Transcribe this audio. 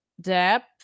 depth